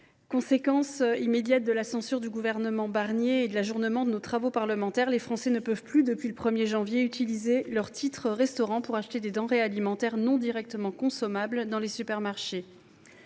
conséquence immédiate de la censure du gouvernement Barnier et de l’ajournement de nos travaux parlementaires, les Français ne peuvent plus, depuis le 1 janvier dernier, utiliser leurs titres restaurant pour acheter des denrées alimentaires non directement consommables dans les supermarchés.